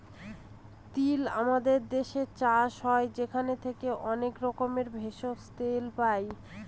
তিল আমাদের দেশে চাষ হয় সেখান থেকে অনেক রকমের ভেষজ, তেল পাই